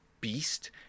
beast